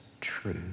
true